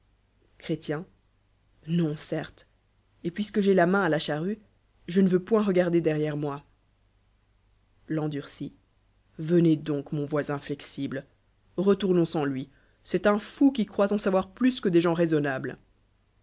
non certes et puisqo j'ai la nain la charrue je ne eu point regarder derrière moi l'endurci venez doucy mo voisin flexible retoumons sar loi c'est un fou qui croit en savo plu que des gens raisonnables